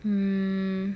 mm